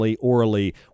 orally